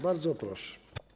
Bardzo proszę.